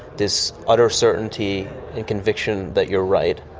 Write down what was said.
this utter certainty in conviction that you're right,